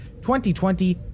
2020